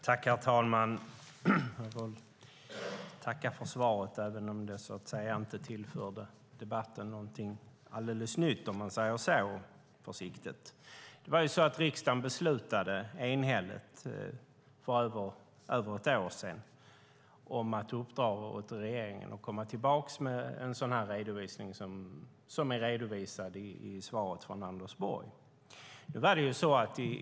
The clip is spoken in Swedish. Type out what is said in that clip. Herr talman! Jag tackar för svaret, även om det inte tillförde debatten någonting alldeles nytt, om man uttrycker det försiktigt. Riksdagen beslutade enhälligt för över ett år sedan att uppdra åt regeringen att komma tillbaka med en sådan redovisning som Anders Borg nämner i svaret.